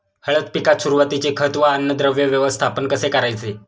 हळद पिकात सुरुवातीचे खत व अन्नद्रव्य व्यवस्थापन कसे करायचे?